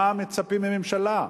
מה מצפים מממשלה?